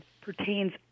pertains